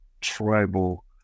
tribal